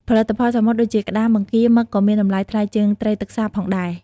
ផលិតផលសមុទ្រដូចជាក្តាម បង្គា មឹក ក៏មានតម្លៃថ្លៃជាងត្រីទឹកសាបផងដែរ។